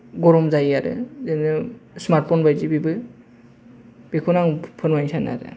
गरम जायो आरो ओरैनो स्मार्त फन बादि बेबो बेखौनो आं फोरमायनो सानो आरो